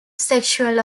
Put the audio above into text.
sexual